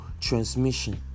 transmission